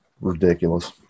ridiculous